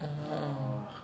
ya